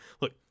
look